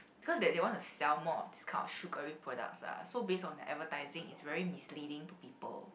cause that they want to sell more of this kind of sugary products ah so based on the advertising it's very misleading to people